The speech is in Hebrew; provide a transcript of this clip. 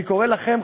אני קורא לכם,